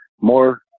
more